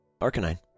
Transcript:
Arcanine